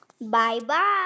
Bye-bye